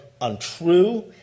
untrue